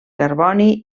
carboni